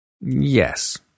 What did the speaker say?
Yes